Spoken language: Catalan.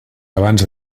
abans